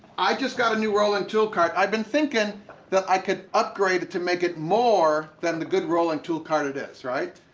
i just got a new rolling tool cart. i been thinking that i could upgrade it, to make it more than the good rolling tool cart it is right.